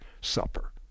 supper